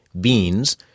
beans